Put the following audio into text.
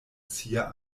sia